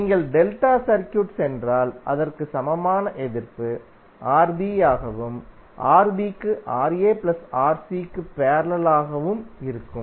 நீங்கள் delta circuit சென்றால் அதற்கு சமமான எதிர்ப்பு Rb ஆகவும் Rb க்கு Ra Rc க்கு பேரலல் வும் இருக்கும்